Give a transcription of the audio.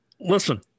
Listen